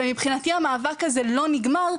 ומבחינתי המאבק הזה לא נגמר,